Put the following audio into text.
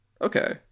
Okay